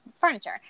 furniture